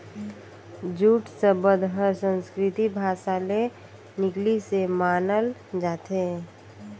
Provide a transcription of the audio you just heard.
jute सबद हर संस्कृति भासा ले निकलिसे मानल जाथे